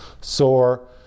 sore